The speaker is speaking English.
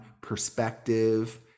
perspective